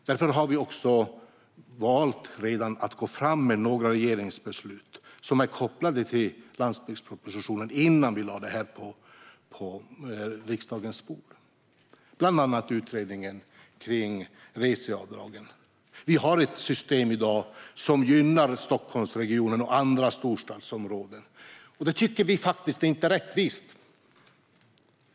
Därför har vi redan valt att gå fram med några regeringsbeslut som är kopplade till landsbygdspropositionen innan vi lade detta på riksdagens bord, bland annat utredningen om reseavdragen. Vi har i dag ett system som gynnar Stockholmsregionen och andra storstadsområden. Det tycker vi faktiskt inte är rättvist.